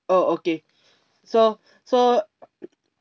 oh okay so so